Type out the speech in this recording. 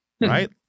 Right